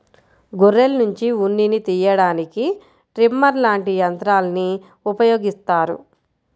గొర్రెల్నుంచి ఉన్నిని తియ్యడానికి ట్రిమ్మర్ లాంటి యంత్రాల్ని ఉపయోగిత్తారు